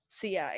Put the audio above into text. ci